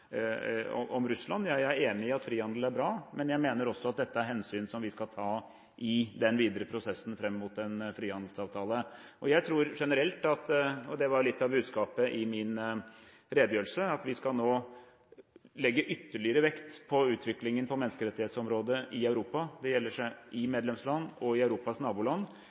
Russland. Jeg er enig i at frihandel er bra. Men jeg mener også at dette er hensyn som vi skal ta i den videre prosessen fram mot en frihandelsavtale. Jeg tror generelt – og det var litt av budskapet i min redegjørelse – at vi nå skal legge ytterligere vekt på utviklingen på menneskerettighetsområdet i Europa, det være seg i medlemsland og i Europas naboland.